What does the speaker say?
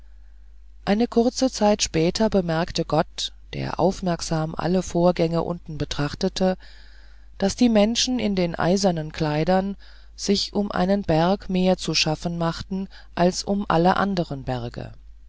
eine kurze zeit später bemerkte gott der aufmerksam alle vorgänge unten betrachtete daß die menschen in den eisernen kleidern sich um einen berg mehr zu schaffen machten als um alle anderen berge